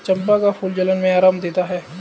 चंपा का फूल जलन में आराम देता है